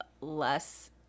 less